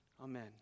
Amen